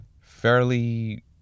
Fairly